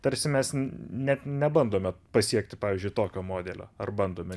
tarsi mes net nebandome pasiekti pavyzdžiui tokio modelio ar bandome